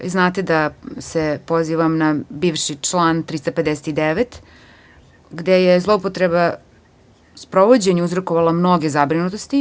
Znate da se pozivam na bivši član 359. gde je zloupotreba u sprovođenju uzrokovala mnoge zabrinutosti.